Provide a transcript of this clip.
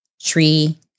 tree